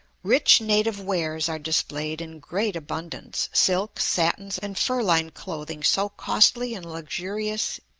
rich native wares are displayed in great abundance, silks, satins, and fur-lined clothing so costly and luxurious,